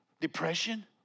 depression